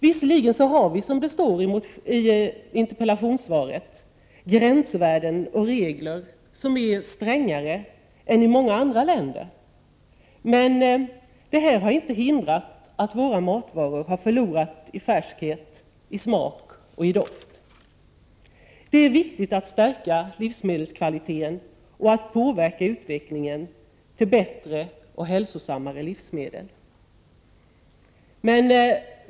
Visserligen har vi i Sverige, som det står i interpellationssvaret, gränsvärden och regler som är strängare än i många andra länder, men detta har inte hindrat att våra matvaror har förlorat i färskhet, i smak och i doft. Det är viktigt att stärka livsmedelskvaliteten och att påverka utvecklingen till bättre och hälsosammare livsmedel.